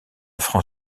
franc